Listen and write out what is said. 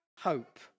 hope